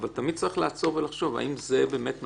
אבל תמיד צריך לעצור ולחשוב האם זה באמת מצליח,